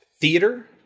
theater